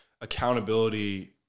accountability